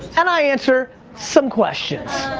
and i answer some questions.